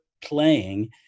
playing